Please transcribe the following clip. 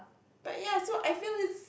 but ya so I feel it's